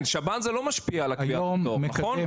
השב"ן לא משפיע על קביעת התור נכון?